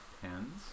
Pens